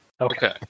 Okay